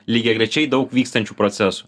lygiagrečiai daug vykstančių procesų